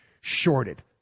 shorted